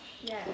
Yes